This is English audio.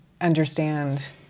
understand